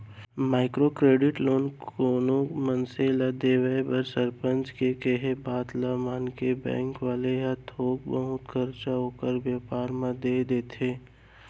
micro credit loan कोनो मनसे ल देवब म सरपंच के केहे बात ल मानके बेंक वाले ह थोक बहुत करजा ओखर बेपार बर देय देथे